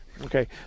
Okay